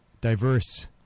Diverse